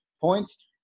points